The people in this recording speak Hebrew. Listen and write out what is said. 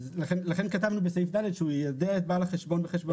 לכן כתבנו בסעיף (ד) שהוא יידע את בעל החשבון בחשבונות הבנק.